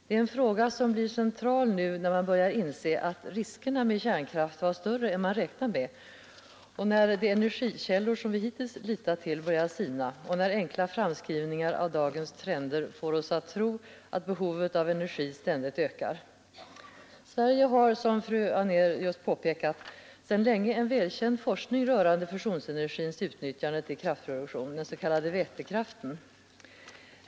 Det är en fråga som blir central nu, när man börjar inse att riskerna med kärnkraft var större än man räknat med, när de energikällor som vi hittills litat till börjar sina och när enkla framskrivningar av dagens trender får oss att tro att behovet av energi ständigt ökar. Sverige har, som fru Anér just påpekat, sedan länge en välkänd forskning rörande fusionsenergins utnyttjande till kraftproduktion, den s.k. vätekraften.